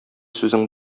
сүзең